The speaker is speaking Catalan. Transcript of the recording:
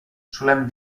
solem